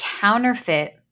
counterfeit